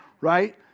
right